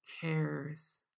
cares